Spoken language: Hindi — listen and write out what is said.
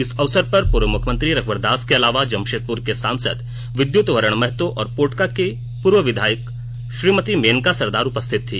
इस अवसर पर पूर्व मुख्यमंत्री रघुवर दास के अलावा जमशेदपुर के सांसद विद्युत वरण महतो और पोटका की पूर्व विधायक श्रीमती मेनका सरदार उपस्थित थी